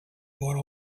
bought